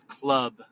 club